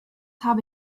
habe